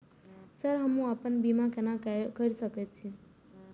Sir हमू अपना बीमा केना कर सके छी?